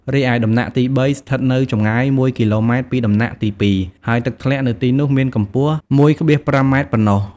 រីឯដំណាក់ទី៣ ស្ថិតនៅចម្ងាយ ១គីឡូម៉ែត្រពីដំណាក់ទី២ ហើយទឹកធ្លាក់នៅទីនោះមានកំពស់ ១,៥ម៉ែត្រប៉ណ្ណោះ។